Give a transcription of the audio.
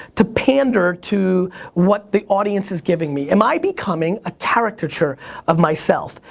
to pander to what the audience is giving me. am i becoming a caricature of myself?